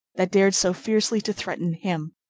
that dared so fiercely to threaten him.